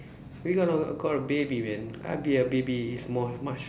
we gotta call a baby man I'd be a baby it's more much